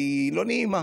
כי היא לא נעימה.